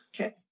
Okay